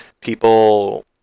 people